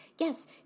Yes